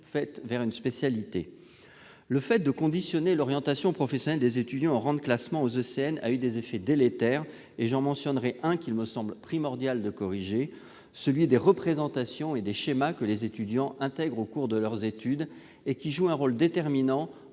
vers une spécialité. Le fait de conditionner l'orientation professionnelle des étudiants au rang de classement aux ECN a eu des effets délétères. J'en mentionnerai un qu'il me semble primordial de corriger : celui des représentations et des schémas que les étudiants intègrent au cours de leurs études et qui jouent un rôle déterminant